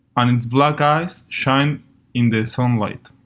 and its black eyes shined in the sunlight.